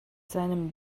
seinem